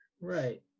right